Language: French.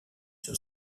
sur